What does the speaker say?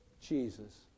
Jesus